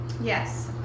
yes